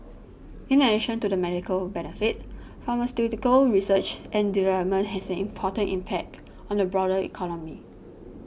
in addition to the medical benefit pharmaceutical research and development has an important impact on the broader economy